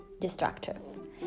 destructive